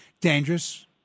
dangerous